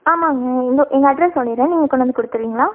ஆமாங்க எங்கள் எங்கள் அட்ரெஸ் சொல்லிடுறேன் நீங்கள் கொண்டு வந்து கொடுத்துருவீங்களா